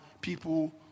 people